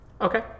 Okay